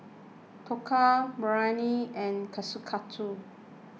Dhokla Biryani and Kushikatsu